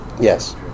Yes